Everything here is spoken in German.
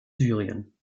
syrien